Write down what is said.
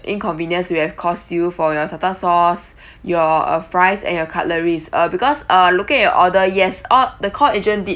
inconvenience we have caused you for your tartar sauce your uh fries and your cutleries uh because uh looking at your order yes all the call agent did